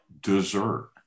dessert